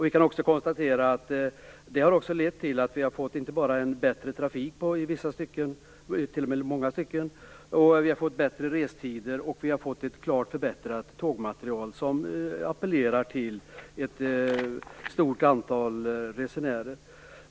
Vi kan också konstatera att det inte bara har lett till en i många stycken bättre trafik, utan också till bättre restider och ett klart förbättrat tågmaterial som appellerar till ett stort antal resenärer.